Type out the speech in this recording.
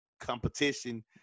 competition